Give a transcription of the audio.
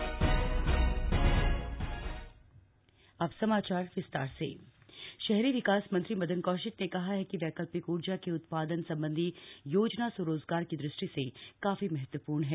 वैकल्पिक ऊर्जा शहरी विकास मंत्री मदन कौशिक ने कहा है कि वैकल्पिक ऊर्जा के उत्पादन संबंधी योजना स्वरोजगार की दृष्टि से काफी महत्वपूर्ण है